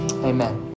Amen